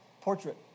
portrait